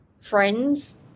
friends